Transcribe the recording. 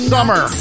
Summer